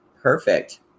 perfect